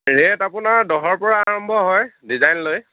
rate আপোনাৰ দহৰ পৰা আৰম্ভ হয় ডিজাইন লৈ